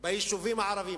הרעועות ביישובים הערביים.